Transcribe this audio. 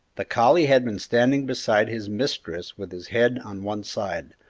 the collie had been standing beside his mistress with his head on one side,